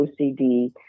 OCD